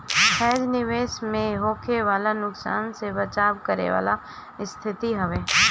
hedge निवेश में होखे वाला नुकसान से बचाव करे वाला स्थिति हवे